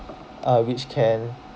uh which can